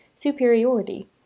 Superiority